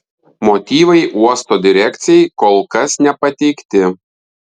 motyvai uosto direkcijai kol kas nepateikti